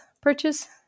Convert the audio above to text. purchase